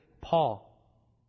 Paul